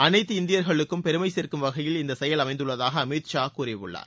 அனைத்து இந்தியர்களுக்கும் பெருமை சேர்க்கும் வகையில் இந்த செயல் அமைந்துள்ளதாக அமித் ஷா கூறியுள்ளார்